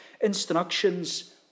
instructions